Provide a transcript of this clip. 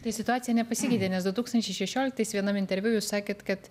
tai situacija nepasikeitė nes du tūkstančiai šešioliktais viename interviu jūs sakėt kad